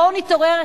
בואו נתעורר,